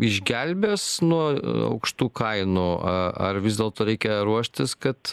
išgelbės nuo aukštų kainų a ar vis dėlto reikia ruoštis kad